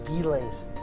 feelings